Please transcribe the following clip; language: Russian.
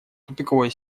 тупиковая